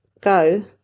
go